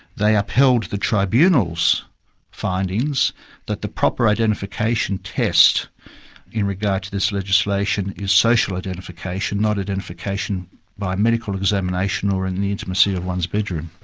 they upheld the tribunal's findings that the proper identification test in regard to this legislation is social identification, not identification via medical examination or in the intimacy of one's bedroom.